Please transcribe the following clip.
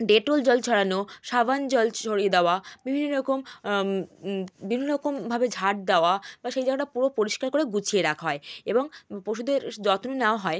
Dettol জল ছড়ানো সাবান জল ছড়িয়ে দাওয়া বিভিন্ন রকম বিভিন্ন রকমভাবে ঝাঁট দেওয়া বা সেই জায়গাটা পুরো পরিষ্কার করে গুছিয়ে রাখা হয় এবং পশুদের যত্ন নেওয়া হয়